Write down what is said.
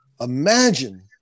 Imagine